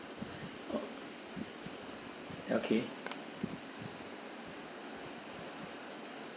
okay